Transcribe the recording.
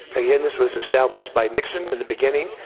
again, this was established by nixon in the beginning,